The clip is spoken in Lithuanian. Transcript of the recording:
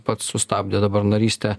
pats sustabdė dabar narystę